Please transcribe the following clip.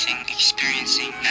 experiencing